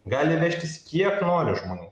gali vežtis kiek nori žmonių